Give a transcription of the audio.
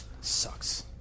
Sucks